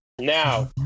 Now